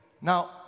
Now